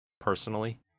personally